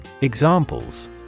Examples